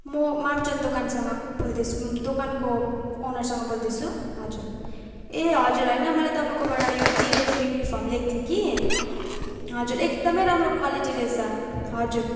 म मामचन्द दोकानसँग बोल्दैछु दोकानको ओनरसँग बोल्दैछु हजुर ए हजुर होइन मलाई तपाईँकोबाट यो डिएलएडको युनिफर्म लिएको थिएँ कि हजुर एकदमै राम्रो क्वालिटी रहेछ हजुर